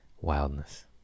Wildness